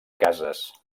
cases